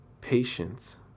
patience